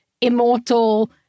immortal